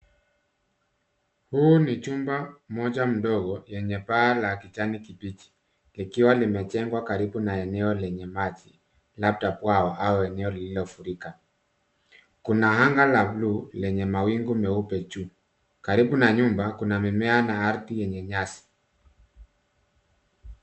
Huu ni chumba moja mdogo, yenye paa la kijani kibichi, likiwa limejengwa karibu na eneo lenye maji, labda bwawa au eneo lililofurika. Kuna anga la blue lenye mawingu meupe juu. Karibu na nyumba, kuna mimea na ardhi yenye nyasi.